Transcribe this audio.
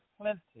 plenty